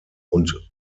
und